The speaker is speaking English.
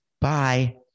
Bye